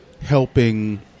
helping